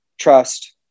trust